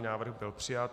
Návrh byl přijat.